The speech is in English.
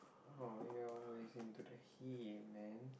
oh you know to the he man